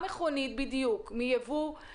מה זה